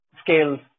scales